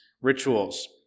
rituals